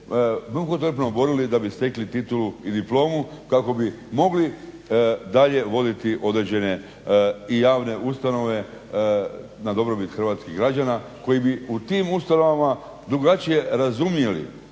mukotrpno borili da bi stekli titulu i diplomu kako bi mogli dalje voditi određene i javne ustanove na dobrobit hrvatskih građana koji bi u tim ustanovama drugačije razumjeli